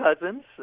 cousins